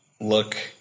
look